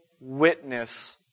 witness